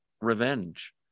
revenge